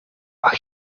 mag